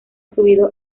subido